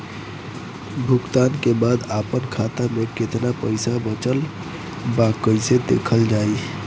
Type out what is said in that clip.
भुगतान के बाद आपन खाता में केतना पैसा बचल ब कइसे देखल जाइ?